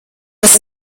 das